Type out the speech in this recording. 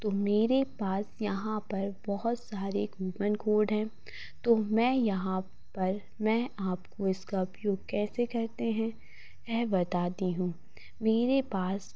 तो मेरे पास यहाँ पर बहुत सारे कूपन कोड हैं तो मैं यहाँ पर मैं आपको इसका उपयोग कैसे करते हैं मै बताती हूँ मेरे पास